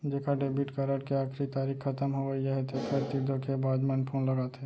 जेखर debit card के आखरी तारीख खतम होवइया हे तेखर तीर धोखेबाज मन फोन लगाथे